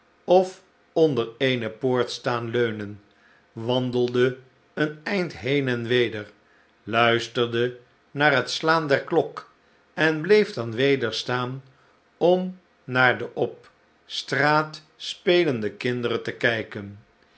of onder eene poort staan leunen wandelde een eind heen en weder luisterde naar het slaan der klok en bleef dan weder staan om naar de op straat spelende kinderen te kijken